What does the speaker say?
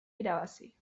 irabazi